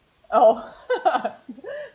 oh